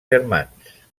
germans